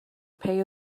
pay